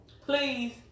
Please